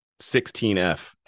16F